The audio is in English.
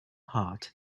heart